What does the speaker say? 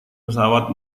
pesawat